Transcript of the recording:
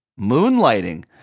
moonlighting